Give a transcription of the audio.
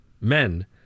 Men